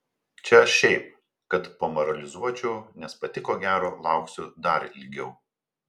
čia aš šiaip kad pamoralizuočiau nes pati ko gero lauksiu dar ilgiau